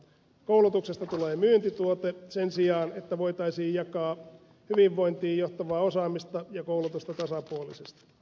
koulutuksesta tulee myyntituote sen sijaan että voitaisiin jakaa hyvinvointiin johtavaa osaamista ja koulutusta tasapuolisesti